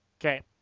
Okay